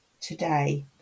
today